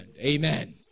Amen